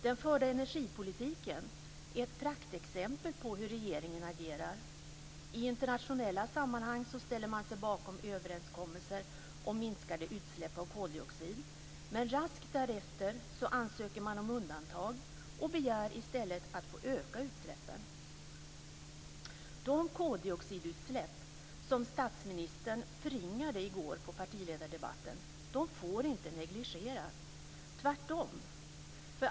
Den förda energipolitiken är ett praktexempel på hur regeringen agerar. I internationella sammanhang ställer man sig bakom överenskommelser om minskade utsläpp av koldioxid, men raskt därefter ansöker man om undantag och begär i stället att få öka utsläppen. De koldioxidutsläpp som statsministern förringade i går på partiledardebatten får inte negligeras, tvärtom.